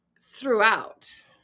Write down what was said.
throughout